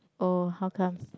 oh how come